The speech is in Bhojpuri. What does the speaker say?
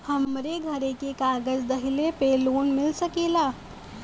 हमरे घरे के कागज दहिले पे लोन मिल सकेला?